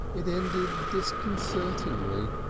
it ended disconcertingly.